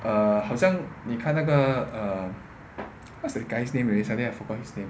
err 好像你看那个 err what's that guy's name already suddenly I forgot his name